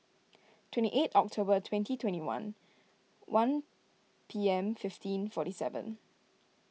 twenty eight October twenty twenty one one P M fifteen forty seven